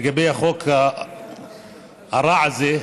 החוק הרע הזה.